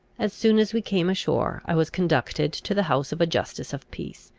as soon as we came ashore, i was conducted to the house of a justice of peace,